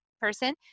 person